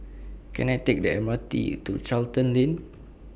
Can I Take The M R T to Charlton Lane